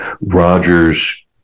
Rogers